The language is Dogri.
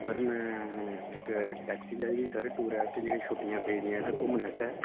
सर में इक टैक्सी चाहिदी ही सर टुरिस्ट एह् जेह्ड़ियां छुट्टियां पेदियां ते घूमने आस्तै